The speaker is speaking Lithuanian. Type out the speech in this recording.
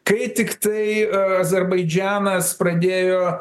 kai tiktai a azerbaidžanas pradėjo